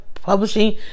publishing